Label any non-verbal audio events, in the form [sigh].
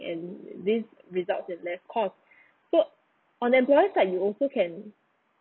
and this results in less cost [breath] so on employer's side you also can